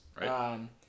Right